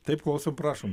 taip klausom prašom